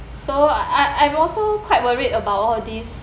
so I I'm also quite worried about all these